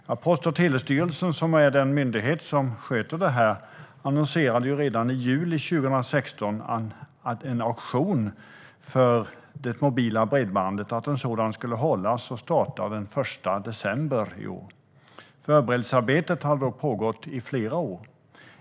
Jo, Post och telestyrelsen, som är den myndighet som sköter det här, annonserade redan i juli 2016 om att en auktion för det mobila bredbandet skulle starta den 1 december i år. Förberedelsearbetet hade då pågått i flera år.